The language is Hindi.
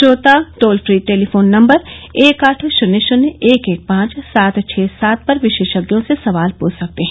श्रोता टोल फ्री टेलीफोन नंबर एक आठ शन्य शन्य एक एक पांच सात छ सात पर विशेषज्ञों से सवाल पूछ सकते हैं